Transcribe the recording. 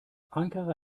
ankara